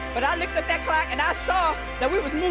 but i looked at that clock and i saw that we was